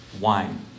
wine